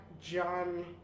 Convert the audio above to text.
John